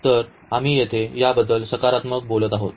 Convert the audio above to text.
तर आम्ही येथे याबद्दल सकारात्मक बोलत आहोत